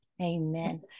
Amen